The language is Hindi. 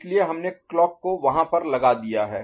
इसलिए हमने क्लॉक को वहां पर लगा दिया है